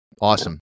awesome